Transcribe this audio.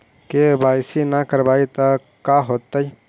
KYC न करवाई तो का हाओतै?